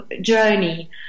journey